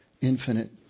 infinite